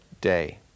day